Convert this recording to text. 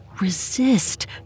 resist